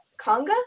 Conga